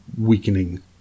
weakening